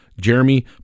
Jeremy